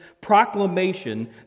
proclamation